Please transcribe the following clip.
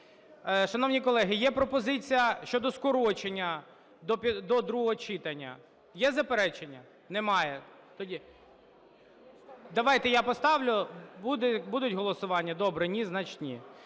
Шановні колеги, є пропозиція щодо скорочення до другого читання. Є заперечення? Немає. Тоді давайте я поставлю. Буде голосування – добре, ні – значить,